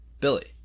Billy